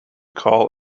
call